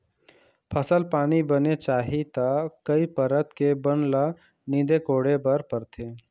फसल पानी बने चाही त कई परत के बन ल नींदे कोड़े बर परथे